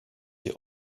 sie